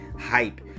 hype